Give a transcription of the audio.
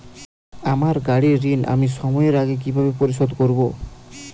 আমার গাড়ির ঋণ আমি সময়ের আগে কিভাবে পরিশোধ করবো?